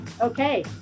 Okay